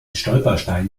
stolperstein